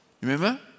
Remember